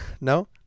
No